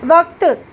वक़्तु